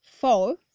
Four